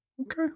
Okay